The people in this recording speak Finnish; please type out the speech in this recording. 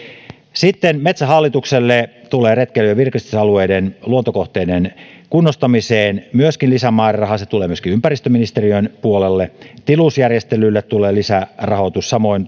sitten metsähallitukselle tulee retkeily ja virkistysalueiden luontokohteiden kunnostamiseen myöskin lisämääräraha se tulee myöskin ympäristöministeriön puolelle tilusjärjestelyille tulee lisärahoitus samoin